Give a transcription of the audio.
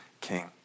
king